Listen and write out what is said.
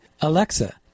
Alexa